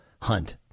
hunt